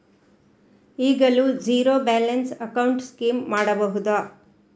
ಈಗಲೂ zero balance account scheme ಮಾಡಬಹುದಾ?